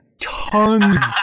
tons